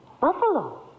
Buffalo